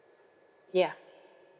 ya